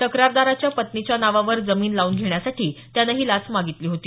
तक्रारदाराच्या पत्नीच्या नावावर जमीन लावून घेण्यासाठी त्यानं ही लाच मागितली होती